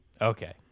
Okay